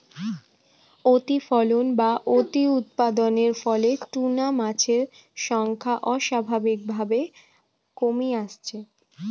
অতিফলন বা অতিউৎপাদনের ফলে টুনা মাছের সংখ্যা অস্বাভাবিকভাবে কমি আসছে